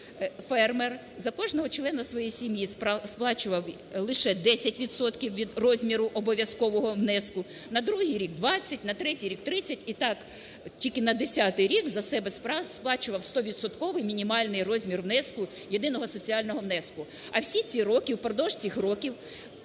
за кожного члена своєї сім'ї сплачував лише 10 відсотків від розміру обов'язкового внеску, на другий рік – 20, на третій рік – 30 і так… тільки на 10-й рік за себе сплачував 100-відсотковий мінімальний розмір внеску, єдиного соціального внеску. А всі ці роки, впродовж цих років